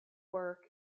work